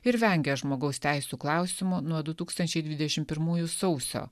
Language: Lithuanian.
ir vengia žmogaus teisių klausimų nuo du tūkstančiai dvidešimt pirmųjų sausio